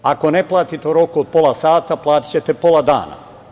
Ako ne platite u roku od pola sata, platićete pola dana.